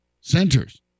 centers